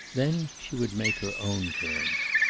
then she would make her own terms.